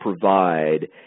provide